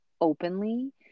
openly